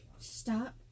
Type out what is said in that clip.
Stop